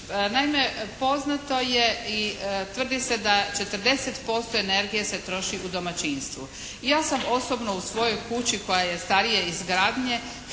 Naime poznato je i tvrdi se da 40% energije se troši u domaćinstvu. Ja sam osobno u svojoj kući koja je starije izgradnje